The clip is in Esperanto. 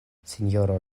sinjoro